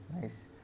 nice